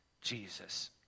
Jesus